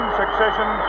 succession